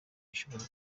ushobora